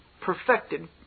perfected